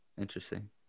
Interesting